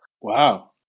Wow